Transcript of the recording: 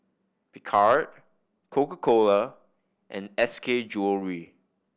Picard Coca Cola and S K Jewellery